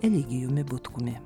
eligijumi butkumi